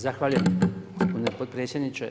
Zahvaljujem gospodine potpredsjedniče.